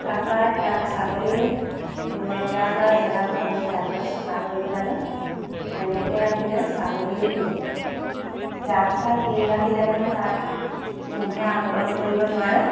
তাৰ পৰা তাত ছাগলী লেতেৰা কৰা জেগাবোৰ আমি ভাল দৰে চাফা কৰিব লাগে তেনেকৈ ৰাখিলে ছাগলী জাক চাক দি ৰাখিলে মানে তাতে মহে আক্ৰমণ কৰিব নোৱাৰে